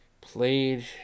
played